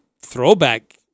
throwback